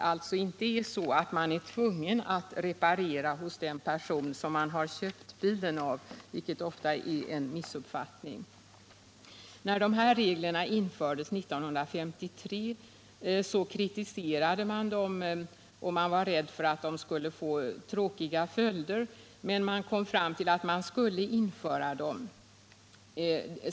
Jag vill dock påpeka att man inte är tvungen att reparera hos den person som man har köpt bilen av — vilket är en vanlig missuppfattning. När dessa regler diskuterades vid tillkomsten 1953 kritiserades de, och man var rädd för att de skulle få tråkiga följder, men man kom fram till att de skulle införas.